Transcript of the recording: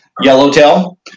yellowtail